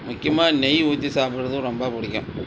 முக்கியமாக நெய் ஊற்றி சாப்பிட்றது ரொம்பப் பிடிக்கும்